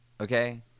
okay